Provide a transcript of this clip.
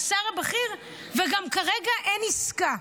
השר הבכיר: וגם כרגע אין עסקה.